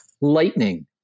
Lightning